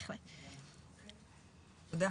תודה,